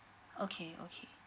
okay okay